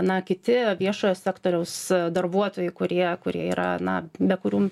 na kiti viešojo sektoriaus darbuotojai kurie kurie yra na be kurių